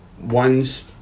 One's